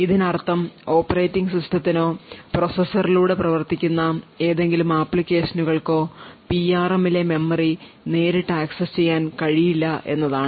ഇതിനർത്ഥം ഓപ്പറേറ്റിംഗ് സിസ്റ്റത്തിനോ പ്രോസസ്സറിലൂടെ പ്രവർത്തിക്കുന്ന ഏതെങ്കിലും ആപ്ലിക്കേഷനുകൾക്കോ പിആർഎമ്മിലെ മെമ്മറി നേരിട്ട് ആക്സസ് ചെയ്യാൻ കഴിയില്ല എന്നതാണ്